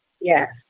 Yes